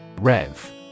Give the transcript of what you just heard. Rev